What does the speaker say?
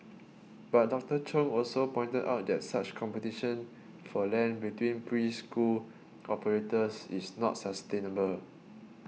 but Doctor Chung also pointed out that such competition for land between preschool operators is not sustainable